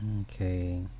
Okay